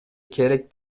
керек